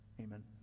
Amen